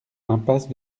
impasse